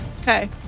Okay